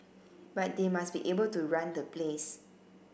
but they must be able to run the place